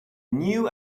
knew